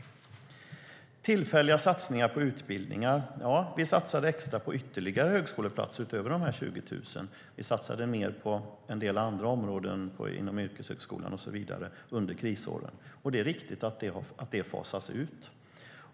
När det gäller tillfälliga satsningar på utbildningar satsar vi extra på ytterligare högskoleplatser, utöver de 20 000. Vi satsade mer på en del andra områden inom yrkeshögskolan och så vidare under krisåren. Det är riktigt att det fasas ut.